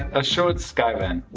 a short skyvan,